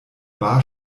bar